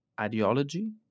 ideology